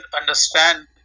understand